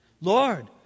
Lord